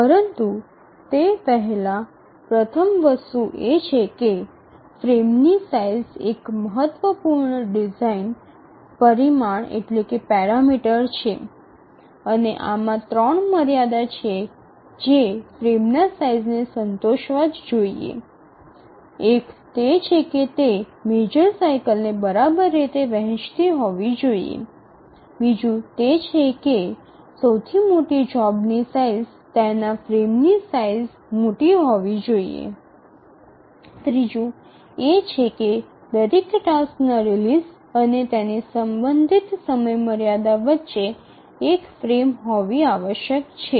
પરંતુ તે પહેલાં પ્રથમ વસ્તુ એ છે કે ફ્રેમની સાઇઝ એક મહત્વપૂર્ણ ડિઝાઇન પરિમાણ છે અને આમાં ત્રણ મર્યાદા છે જે ફ્રેમના સાઇઝને સંતોષવા જ જોઈએ એક તે છે કે તે મેજર સાઇકલને બરાબર રીતે વહેચવું જોઈએ બીજું તે છે કે સૌથી મોટી જોબની સાઇઝ તેના ફ્રેમની સાઇઝ મોટી હોવી જોઈએ ત્રીજું એ છે કે દરેક ટાસ્ક ના રિલીઝ અને તેની સંબંધિત સમયમર્યાદા વચ્ચે એક ફ્રેમ હોવી આવશ્યક છે